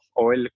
Oil